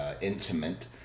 intimate